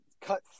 cut